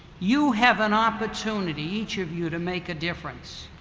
you have an opportunity, each of you, to make a difference.